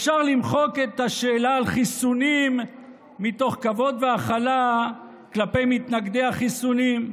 אפשר למחוק את השאלה על חיסונים מתוך כבוד והכלה כלפי מתנגדי החיסונים.